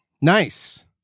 Nice